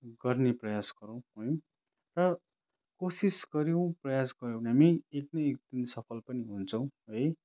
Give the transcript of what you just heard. गर्ने प्रयास गरौँ है र कोसिस गऱ्यौँ प्रयास गरौँ हामी एक न एक दिन सफल पनि हुन्छौँ है